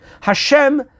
Hashem